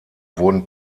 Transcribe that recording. wurden